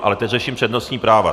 Ale teď řeším přednostní práva.